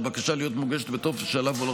על הבקשה להיות מוגשת בטופס שעליו הורה